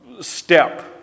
step